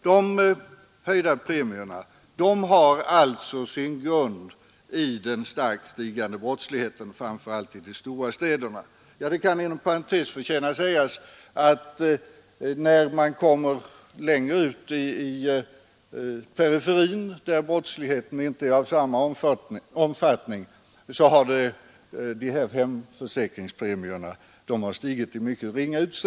De höjda premierna har alltså sin grund i den starkt stigande brottsligheten framför allt i de stora städerna. Inom parentes kan nämnas att när man kommer längre ut i periferin, där brottsligheten inte är av samma omfattning, är hemförsäkringspremierna praktiskt taget oförändrade.